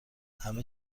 همه